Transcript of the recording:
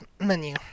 menu